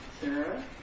Sarah